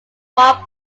marc